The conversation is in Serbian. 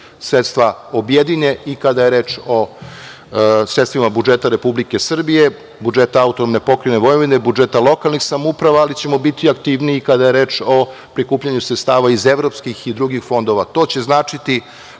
sredstva objedine i kada je reč o sredstvima budžeta Republike Srbije, budžeta AP Vojvodine, budžeta lokalnih samouprava, ali ćemo biti aktivniji kada je reč o prikupljanju sredstava iz Evropskih i drugih fondova. To će značiti